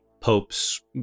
popes